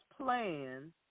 plan